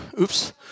Oops